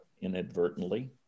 inadvertently